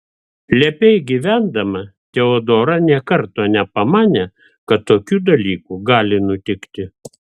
lepiai gyvendama teodora nė karto nepamanė kad tokių dalykų gali nutikti